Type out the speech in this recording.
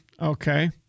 Okay